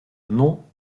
non